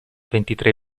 ventitré